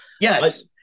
Yes